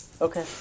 Okay